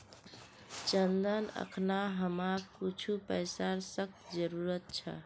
चंदन अखना हमाक कुछू पैसार सख्त जरूरत छ